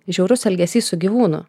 žiaurus elgesys su gyvūnu